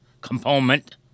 component